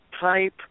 type